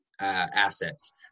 assets